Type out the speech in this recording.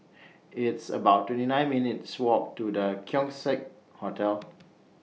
It's about twenty nine minutes' Walk to The Keong Saik Hotel